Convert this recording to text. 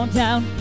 down